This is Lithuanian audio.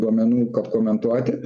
duomenų kad komentuoti